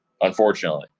unfortunately